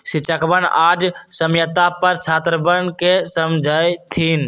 शिक्षकवन आज साम्यता पर छात्रवन के समझय थिन